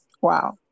Wow